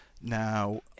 Now